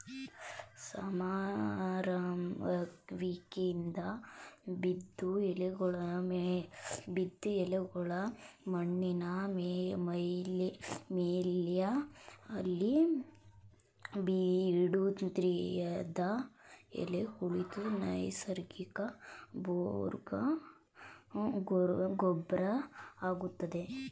ಸಮರುವಿಕೆಯಿಂದ ಬಿದ್ದ್ ಎಲೆಗಳ್ನಾ ಮಣ್ಣಿನ ಮೇಲ್ಮೈಲಿ ಬಿಡೋದ್ರಿಂದ ಎಲೆ ಕೊಳೆತು ನೈಸರ್ಗಿಕ ಗೊಬ್ರ ಆಗ್ತದೆ